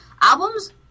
albums